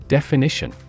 Definition